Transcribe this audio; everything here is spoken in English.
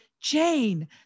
Jane